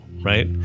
right